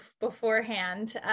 beforehand